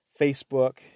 Facebook